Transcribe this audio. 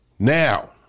Now